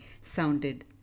sounded